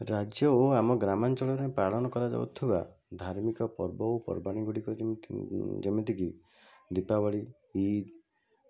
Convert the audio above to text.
ରାଜ୍ୟ ଓ ଆମ ଗ୍ରାମାଞ୍ଚଳରେ ପାଳନ କରାଯାଉଥିବା ଧାର୍ମିକ ପର୍ବ ଓ ପର୍ବାଣୀ ଗୁଡ଼ିକ ଯେମିତି ଯେମିତିକି ଦୀପାବଳି ଇଦ୍